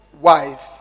wife